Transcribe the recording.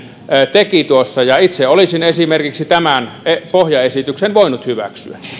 teki itse olisin esimerkiksi tämän pohjaesityksen voinut hyväksyä